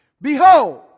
Behold